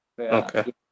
Okay